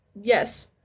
Yes